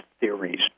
theories